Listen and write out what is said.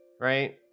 right